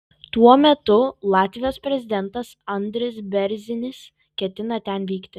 tuo metu latvijos prezidentas andris bėrzinis ketina ten vykti